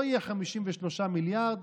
לא יהיו 53 מיליארד,